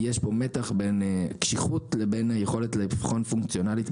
יש פה מתח בין קשיחות לבין היכולת לבחון פונקציונלית,